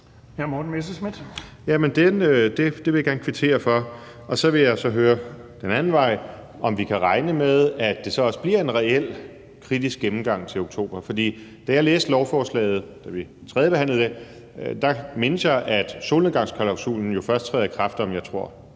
Morten Messerschmidt (DF): Jamen det vil jeg gerne kvittere for. Og så vil jeg så høre, om vi den anden vej kan regne med, at det så også bliver en reel kritisk gennemgang til oktober. Jeg mindes, fra da vi tredjebehandlede lovforslaget, at solnedgangsklausulen jo først træder i kraft om, jeg tror,